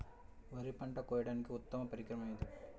వరి పంట కోయడానికి ఉత్తమ పరికరం ఏది?